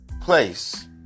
place